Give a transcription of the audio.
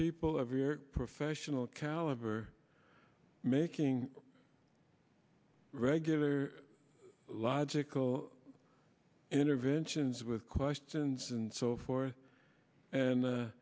people of your professional caliber making regular logical interventions with questions and so forth and